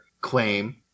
claim